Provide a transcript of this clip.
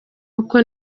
uko